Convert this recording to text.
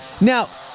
Now